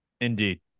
indeed